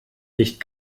nicht